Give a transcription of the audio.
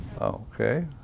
Okay